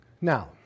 Now